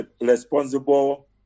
responsible